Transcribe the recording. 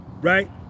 right